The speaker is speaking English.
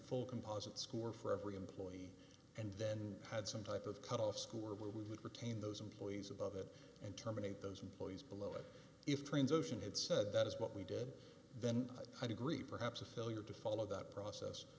full composite score for every employee and then had some type of cut off school where we would retain those employees of other and terminate those employees below it if trains ocean had said that is what we did then i'd agree perhaps a failure to follow that process